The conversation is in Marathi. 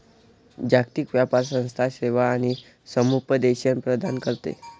जागतिक व्यापार संस्था सेवा आणि समुपदेशन प्रदान करते